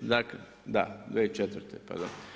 [[Upadica: 2004.]] Da, 2004., pardon.